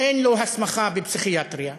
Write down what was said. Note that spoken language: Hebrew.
אין לו הסמכה בפסיכיאטריה,